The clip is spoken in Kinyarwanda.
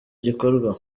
gikorwa